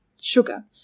sugar